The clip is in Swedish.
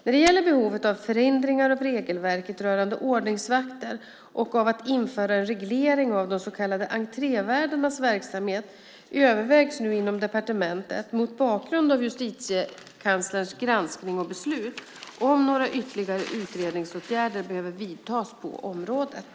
När det gäller behovet av förändringar av regelverket rörande ordningsvakter och av att införa en reglering av de så kallade entrévärdarnas verksamhet övervägs nu inom departementet - mot bakgrund av Justitiekanslerns granskning och beslut - om några ytterligare utredningsåtgärder behöver vidtas på området.